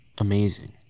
amazing